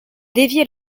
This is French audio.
dévier